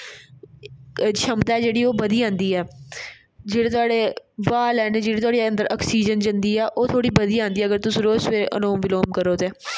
क्षमता ऐ जेह्ड़ी ओह् बधी जंदी ऐ जेह्ड़े थुआढ़े बाल हैन जेह्ड़े थुआढ़े अंदर अक्सीजन जंदी ऐ ओह् थोह्डी बधी जंदी अगर तुस रोज सवैरे अलोम बिलोम करो ते